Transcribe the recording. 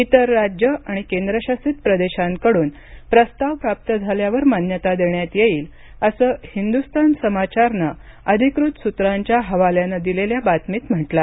इतर राज्यं आणि केंद्रशासित प्रदेशांकडून प्रस्ताव प्राप्त झाल्यावर मान्यता देण्यात येईल असं हिंदुस्थान समाचारनं अधिकृत सुत्रांच्या हवाल्यानं दिलेल्या बातमीत म्हटलं आहे